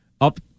up